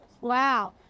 Wow